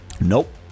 Nope